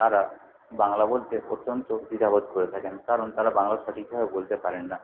তারা বাংলা বলতে অত্যন্ত দ্বিধা বোধ করে থাকেন কারণ তারা বাংলা সঠিকভাবে বলতে পারেন না